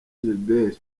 gilbert